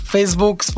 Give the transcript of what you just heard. Facebook